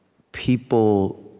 people